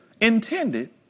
intended